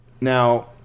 Now